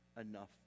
enough